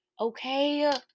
Okay